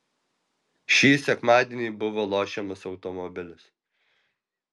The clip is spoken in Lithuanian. šį sekmadienį buvo lošiamas automobilis